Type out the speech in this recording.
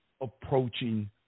approaching